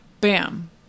Bam